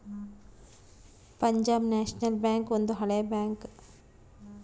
Punjab national bank ಒಂದು ಹಳೆ bank